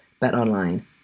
BetOnline